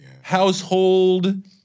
household